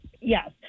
Yes